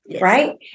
right